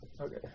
Okay